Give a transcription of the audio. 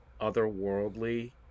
otherworldly